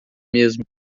mesmo